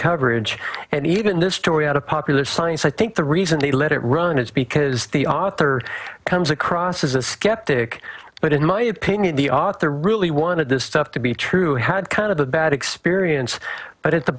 coverage and even this story out of popular science i think the reason they let it run it's because the author comes across as a skeptic but in my opinion the author really wanted this stuff to be true had kind of a bad experience but at the